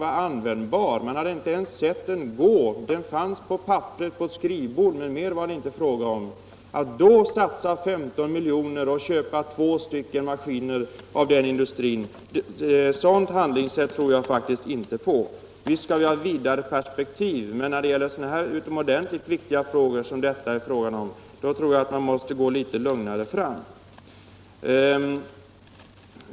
Man hade över huvud taget inte sett maskinen fungera; den fanns på papperet på ett skrivbord, men mer var det inte fråga om. Att då satsa 15 milj.kr. på att köpa två maskiner är ett handlingssätt som jag faktiskt inte tror på. Naturligtvis skall vi ha vida perspektiv, men i sådana här ytterligt viktiga frågor tror jag att vi måste gå litet försiktigare fram.